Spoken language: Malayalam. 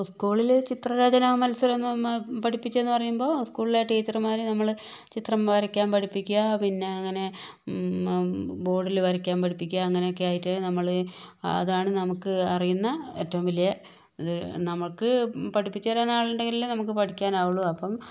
ഉസ്ക്കൂളിൽ ചിത്രരചന മത്സരം എന്നു പഠിപ്പിച്ചതെന്നു പറയുമ്പോൾ സ്കൂളിലെ ടീച്ചർമാർ നമ്മള് ചിത്രം വരയ്ക്കാൻ പഠിപ്പിക്കുക പിന്നെ അങ്ങനെ ബോർഡിൽ വരയ്ക്കാൻ പഠിപ്പിക്കുക അങ്ങനെയൊക്കെയായിട്ട് നമ്മള് അതാണ് നമുക്ക് അറിയുന്ന ഏറ്റവും വലിയ ഇത് നമുക്ക് പഠിപ്പിച്ചു തരാൻ ആളുണ്ടെങ്കിലല്ലേ പഠിക്കാനാവുകയുള്ളൂ അപ്പോൾ